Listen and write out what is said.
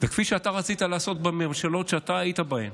וכפי שאתה רצית לעשות בממשלות שאתה היית בהן